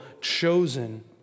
chosen